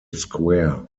square